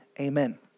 Amen